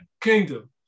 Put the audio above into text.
kingdom